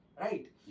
Right